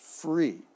free